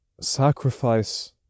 sacrifice